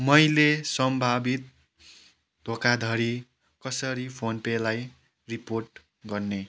मैले सम्भावित धोखाधडी कसरी फोन पेलाई रिपोर्ट गर्ने